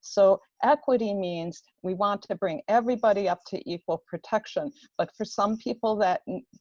so equity means we want to to bring everybody up to equal protection. but for some people,